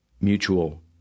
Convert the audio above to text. mutual